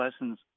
lessons